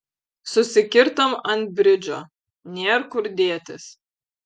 susikirtom ant bridžo nėr kur dėtis